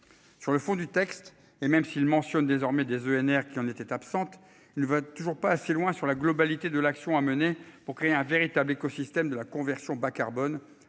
Sur le fond du texte et même s'il mentionne désormais des ENR qui en était absente. Il vote toujours pas assez loin sur la globalité de l'action à mener pour créer un véritable écosystème de la conversion bas-carbone